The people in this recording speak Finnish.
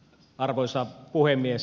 arvoisa puhemies